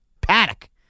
Panic